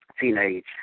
teenage